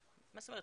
מה זאת אומרת?